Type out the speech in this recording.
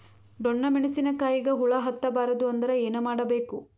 ಡೊಣ್ಣ ಮೆಣಸಿನ ಕಾಯಿಗ ಹುಳ ಹತ್ತ ಬಾರದು ಅಂದರ ಏನ ಮಾಡಬೇಕು?